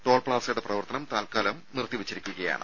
ടോൾപ്പാസയുടെ പ്രവർത്തനം തൽക്കാലം നിർത്തിവെച്ചിരിക്കുകയാണ്